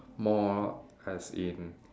more as in